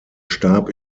stab